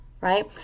right